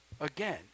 Again